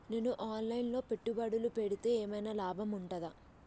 నేను online లో పెట్టుబడులు పెడితే ఏమైనా లాభం ఉంటదా?